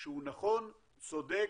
שהוא נכון, צודק,